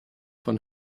von